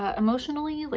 ah emotionally, like,